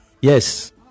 Yes